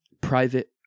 Private